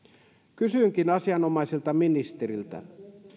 kysynkin asianomaiselta ministeriltä